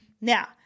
Now